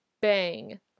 bang